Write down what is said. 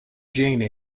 jeanne